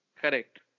Correct